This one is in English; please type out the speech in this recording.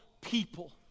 people